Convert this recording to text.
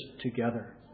together